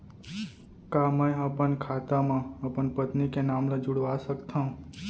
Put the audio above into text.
का मैं ह अपन खाता म अपन पत्नी के नाम ला जुड़वा सकथव?